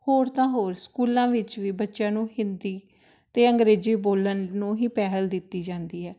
ਹੋਰ ਤਾਂ ਹੋਰ ਸਕੂਲਾਂ ਵਿੱਚ ਵੀ ਬੱਚਿਆਂ ਨੂੰ ਹਿੰਦੀ ਅਤੇ ਅੰਗਰੇਜ਼ੀ ਬੋਲਣ ਨੂੰ ਹੀ ਪਹਿਲ ਦਿੱਤੀ ਜਾਂਦੀ ਹੈ